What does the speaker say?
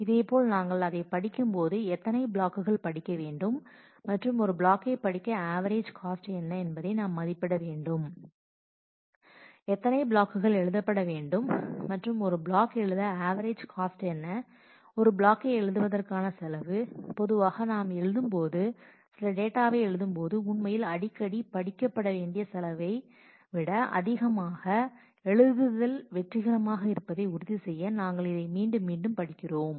இதேபோல் நாங்கள் அதைப் படிக்கும்போது எத்தனை ப்ளாக்குகள் படிக்க வேண்டும் மற்றும் ஒரு ப்ளாக்கை படிக்க ஆவெரேஜ் காஸ்ட் என்ன என்பதை நாம் மதிப்பிட வேண்டும் எத்தனை ப்ளாக்குகள் எழுதப்பட வேண்டும் மற்றும் ஒரு ப்ளாக் எழுத ஆவெரேஜ் காஸ்ட் என்ன ஒரு ப்ளாக்கை எழுதுவதற்கான செலவு பொதுவாக நாம் எழுதும் போது சில டேட்டாவை எழுதும்போது உண்மையில் அடிக்கடி படிக்க வேண்டிய செலவை விட அதிகமாகும் எழுதுதல் வெற்றிகரமாக இருப்பதை உறுதிசெய்ய நாங்கள் அதை மீண்டும் படிக்கிறோம்